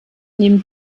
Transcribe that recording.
nehmen